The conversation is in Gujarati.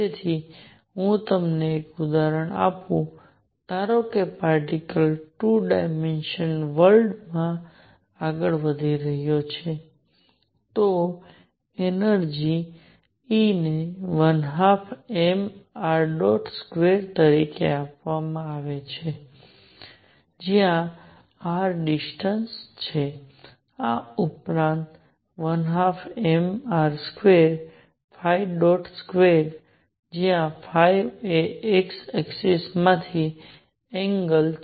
તેથી હું તમને એક ઉદાહરણ આપું છું ધારો કે પાર્ટીકલ 2 ડાયમેન્શનલ વર્લ્ડમાં આગળ વધી રહ્યો છે તો એનર્જિ E ને 12mr2 તરીકે આપવામાં આવે છે જ્યાં r ડિસ્ટન્સ છે ઉપરાંત 12mr22 જ્યાં એ x ઍક્સિસમાંથી એંગલ છે